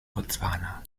botswana